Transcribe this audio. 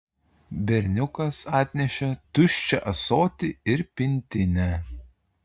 berniukas atnešė tuščią ąsotį ir pintinę